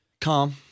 Calm